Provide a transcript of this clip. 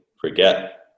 forget